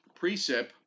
precip